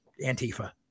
Antifa